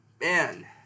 Man